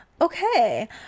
okay